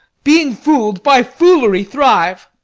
being fool'd, by fool'ry thrive.